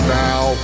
now